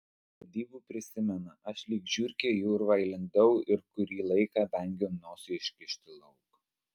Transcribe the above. po vedybų prisimena aš lyg žiurkė į urvą įlindau ir kurį laiką vengiau nosį iškišti lauk